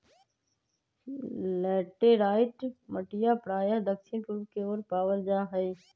laterite मटिया प्रायः दक्षिण पूर्व के ओर पावल जाहई